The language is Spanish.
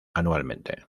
anualmente